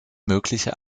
mögliche